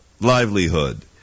livelihood